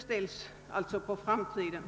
saken får skjutas på framtiden.